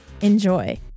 Enjoy